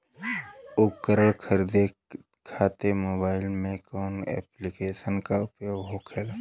उपकरण खरीदे खाते मोबाइल में कौन ऐप्लिकेशन का उपयोग होखेला?